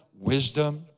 Wisdom